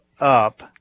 up